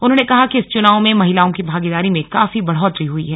उन्होंने कहा कि इस चुनाव में महिलाओं की भागीदारी में काफी बढ़ोत्तरी हुई है